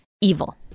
evil